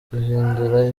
guhindura